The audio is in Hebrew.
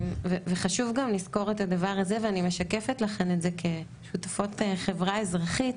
חשוב גם לזכור את הדבר הזה ואני משקפת לכן את זה כשותפות חברה אזרחית,